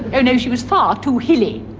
oh no, she was far too hilly.